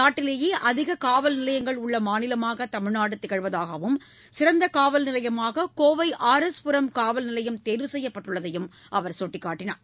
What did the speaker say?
நாட்டிலேயே அதிக காவல் நிலையங்கள் உள்ள மாநிலமாக தமிழ்நாடு திகழ்வதாகவும் சிறந்த காவல் நிலையமாக கோவை ஆர் எஸ் புரம் காவல் நிலையம் தேர்வு செய்யப்பட்டுள்ளதையும் அவர் சுட்டிக்காட்டினார்